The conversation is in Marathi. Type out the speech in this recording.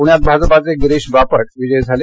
पुण्यात भाजपाचे गिरीश बापट विजयी झाले